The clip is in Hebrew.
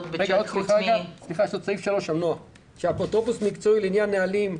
כלל, שאפוטרופוס מקצועי, לעניין נהלים,